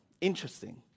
Interesting